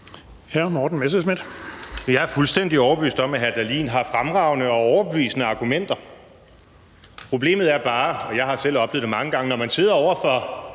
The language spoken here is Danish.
Jeg er fuldstændig overbevist om, at hr. Morten Dahlin har fremragende og overbevisende argumenter. Problemet er bare – og jeg har selv oplevet det mange gange – at når man sidder over for